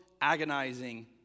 agonizing